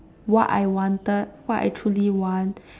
what I wanted what I truly want